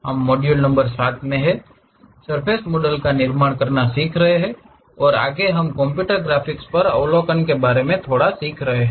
हम module number 7 में हैं सर्फ़ेस के मॉडल का निर्माण करना सीख रहे हैं और आगे हम कंप्यूटर ग्राफिक्स पर अवलोकन के बारे में थोड़ा सीख रहे हैं